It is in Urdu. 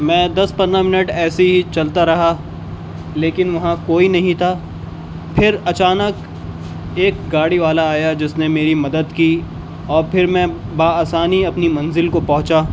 میں دس پندرہ منٹ ایسے ہی چلتا رہا لیکن وہاں کوئی نہیں تھا پھر اچانک ایک گاڑی والا آیا جس نے میری مدد کی اور پھر میں بآسانی اپنی منزل کو پہنچا